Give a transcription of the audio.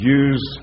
use